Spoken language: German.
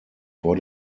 vor